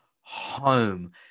home